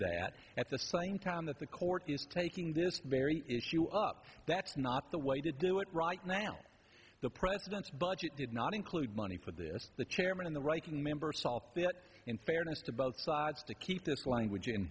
that at the same time that the court is taking this very issue up that's not the way to do it right now the president's budget did not include money for this the chairman of the writing members saw it in fairness to both sides to keep this language